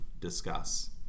discuss